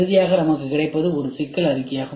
இறுதியாக நமக்கு கிடைப்பது ஒரு சிக்கல் அறிக்கையாகும்